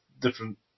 different